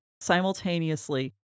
simultaneously